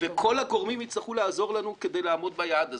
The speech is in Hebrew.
וכל הגורמים יצטרכו לעזור לנו כדי לעמוד ביעד הזה.